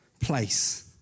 place